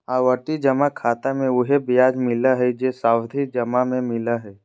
आवर्ती जमा खाता मे उहे ब्याज मिलय हइ जे सावधि जमा में मिलय हइ